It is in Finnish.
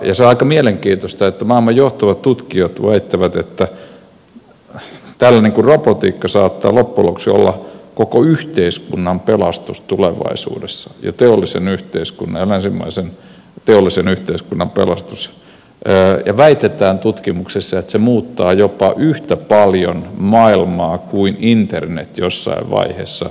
on aika mielenkiintoista että maamme johtavat tutkijat väittävät että tällainen kuin robotiikka saattaa loppujen lopuksi olla koko yhteiskunnan pelastus tulevaisuudessa ja teollisen yhteiskunnan ja länsimäisen teollisen yhteiskunnan pelastus ja tutkimuksessa väitetään että se muuttaa jopa yhtä paljon maailmaa kuin internet jossain vaiheessa muutti